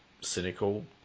cynical